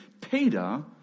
Peter